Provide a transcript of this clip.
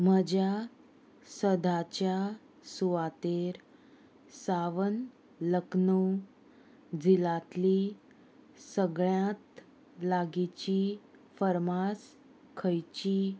म्हज्या सदाच्या सुवातेर सावन लखनव जिलांतली सगळ्यांत लागींची फर्मास खंयची